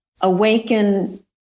awaken